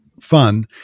fun